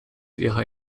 ihrer